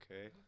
Okay